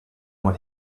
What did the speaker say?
what